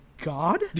god